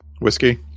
whiskey